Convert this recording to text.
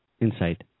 insight